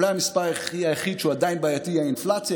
אולי המספר היחיד שהוא עדיין בעייתי הוא האינפלציה,